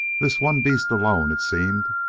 this one beast alone, it seemed,